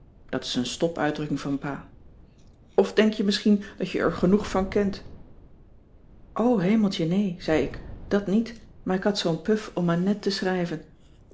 dat is een stop uitdrukking van pa of denk je misschien dat je er genoeg van kent o hemeltje nee zei ik dat niet maar ik had zoo'n puf om aan net te schrijven